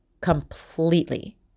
completely